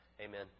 Amen